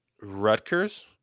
Rutgers